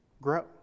grow